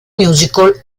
musical